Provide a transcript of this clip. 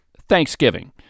Thanksgiving